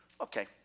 Okay